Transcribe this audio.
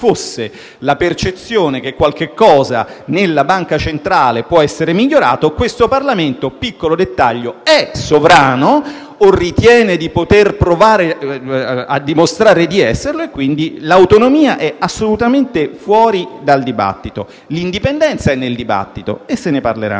la percezione che qualche cosa nella nostra banca centrale possa essere migliorata, io ricordo che questo Parlamento - piccolo dettaglio - è sovrano o ritiene di poter provare a dimostrare di esserlo. Quindi, l'autonomia è assolutamente fuori dal dibattito. L'indipendenza è nel dibattito e se ne parlerà ancora.